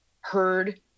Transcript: heard